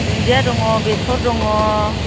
दुन्दिया दङ बेसर दङ